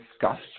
discussed